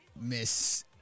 miss